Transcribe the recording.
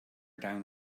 down